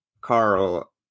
Carl